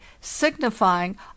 signifying